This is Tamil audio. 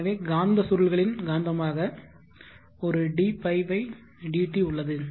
எனவே காந்த சுருள்களின் காந்தமாக ஒரு dϕ dt உள்ளது